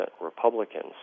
Republicans